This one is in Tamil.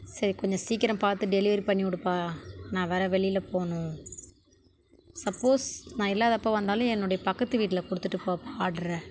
சரி கொஞ்சம் சீக்கிரம் பார்த்து டெலிவரி பண்ணிவிடுப்பா நான் வேறு வெளியில் போகணும் சப்போஸ் நான் இல்லாதப்போ வந்தாலும் என்னுடைய பக்கத்து வீட்டில் கொடுத்துட்டு போப்பா ஆர்டரை